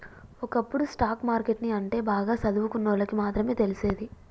ఒకప్పుడు stock market ని అంటే బాగా సదువుకున్నోల్లకి మాత్రమే తెలిసేది